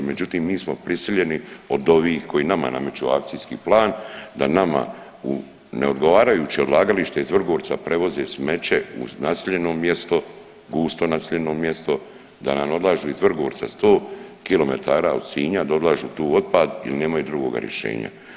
Međutim, mi smo prisiljeni od ovih koji nama nameću akcijski plan da nama ne odgovarajuće odlagalište iz Vrgorca prevoze smeće u naseljeno mjesto, gusto naseljeno mjesto, da nam odlažu iz Vrgorca 100km od Sinja da odlažu tu otpad jer nemaju drugoga rješenja.